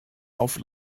auf